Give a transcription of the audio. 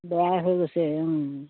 বেয়া হৈ গৈছে